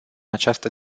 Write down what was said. această